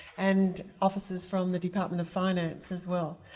and officers from the department of finance as well.